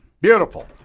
Beautiful